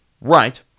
Right